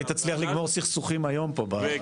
אולי תצליח לגמור סכסוכים פה היום בכנסת.